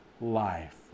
life